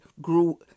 grew